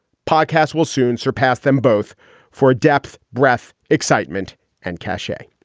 podcasts will soon surpass them both for depth, breath, excitement and cache